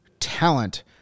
talent